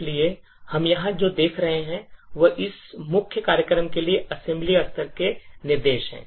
इसलिए हम यहां जो देख रहे हैं वह इस मुख्य कार्यक्रम के लिए assembly स्तर के निर्देश हैं